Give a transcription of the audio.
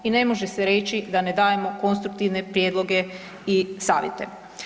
I ne može se reći da ne dajemo konstruktivne prijedloge i savjete.